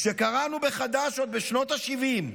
כשקראנו בחד"ש עוד בשנות השבעים: